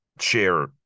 share